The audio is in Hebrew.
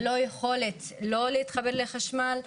ללא יכולת לא להתחבר לחשמל,